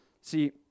See